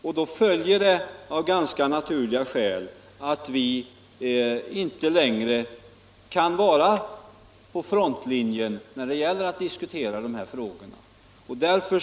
Därav följer ganska naturligt att vi inte längre kan befinna oss framme vid frontlinjen när det gäller att diskutera dessa frågor i nedrustningsförhandlingarna.